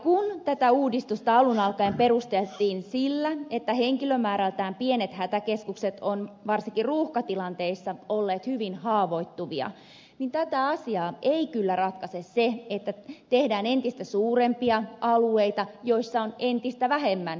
kun tätä uudistusta alun alkaen perusteltiin sillä että henkilömäärältään pienet hätäkeskukset ovat varsinkin ruuhkatilanteissa olleet hyvin haavoittuvia niin tätä asiaa ei kyllä ratkaise se että tehdään entistä suurempia alueita joilla on entistä vähemmän vastaajia